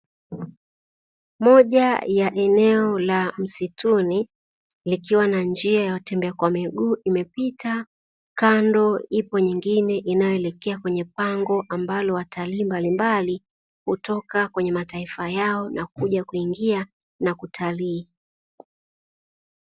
Moja ya eneo la msituni likiwa na njia ya watembea kwa miguu, imepita kando ipo nyingine inayoelekea kwenye pango ambalo watalii mbalimbali hutoka kwenye mataifa yao na kuja kuingia na kutalii.